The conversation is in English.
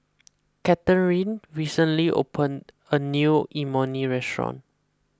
Cathrine recently opened a new Imoni Restaurant